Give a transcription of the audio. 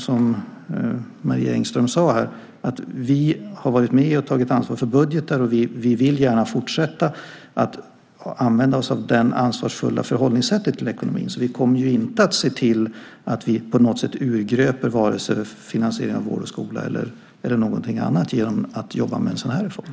Som Marie Engström sade har vi varit med och tagit ansvar för budgetar. Vi vill gärna fortsätta att använda oss av det ansvarsfulla förhållningssättet till ekonomin. Vi kommer inte att se till att vi på något sätt urgröper vare sig finansieringen av vård och skola eller någonting annat genom att jobba med en sådan här reform.